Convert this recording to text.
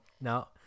No